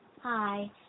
Hi